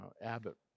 Abbott